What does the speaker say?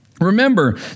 Remember